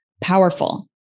powerful